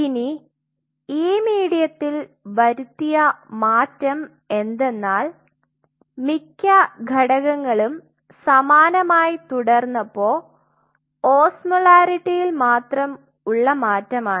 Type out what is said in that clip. ഇനി ഈ മീഡിയത്തിൽ വരുത്തിയ മാറ്റം എന്തെന്നാൽ മിക്ക ഘടകങ്ങളും സമാനമായി തുടർന്നപ്പോ ഓസ്മോളാരിറ്റിൽ മാത്രം ഉള്ള മാറ്റം ആണ്